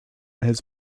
his